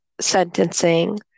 sentencing